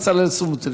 בצלאל סמוטריץ.